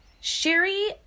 Sherry